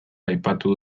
aipatu